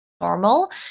normal